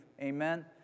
Amen